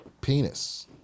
penis